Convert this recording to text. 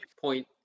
point